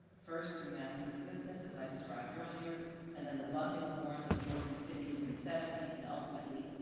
first through massive resistance as i described earlier and then the busing wars of northern cities in the seventy s and ultimately,